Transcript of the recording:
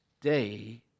day